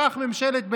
כך ממשלת בנט-עבאס.